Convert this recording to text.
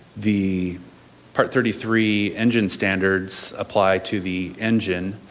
the part thirty three engine standards apply to the engine,